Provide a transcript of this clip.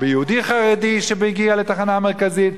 ביהודי חרדי שמגיע לתחנה המרכזית.